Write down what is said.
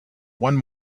one